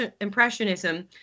impressionism